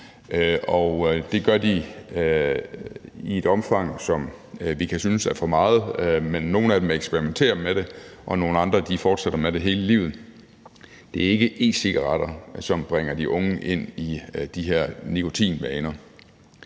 det gør de i et omfang, som vi kan synes er for meget. Men nogle af dem eksperimenterer med det, og nogle andre fortsætter med det hele livet. Det er ikke e-cigaretter, som bringer de unge ind i de her nikotinvaner.